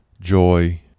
joy